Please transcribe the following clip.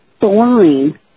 boring